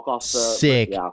sick